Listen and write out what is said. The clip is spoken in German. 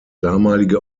damalige